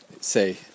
Say